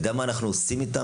נדע מה אנחנו עושים איתם,